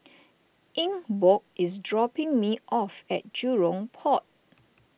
Ingeborg is dropping me off at Jurong Port